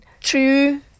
true